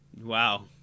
Wow